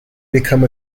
became